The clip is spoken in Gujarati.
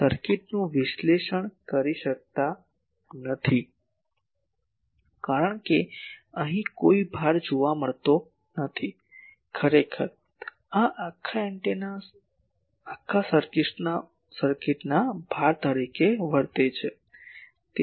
તેથી આપણે સર્કિટનું વિશ્લેષણ કરી શકતા નથી કારણ કે અહીં કોઈ ભાર જોવા મળતો નથી ખરેખર આ એન્ટેના આખા સર્કિટ્સના ભાર તરીકે વર્તે છે